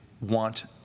want